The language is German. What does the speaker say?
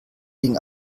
gegen